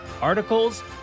articles